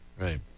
Right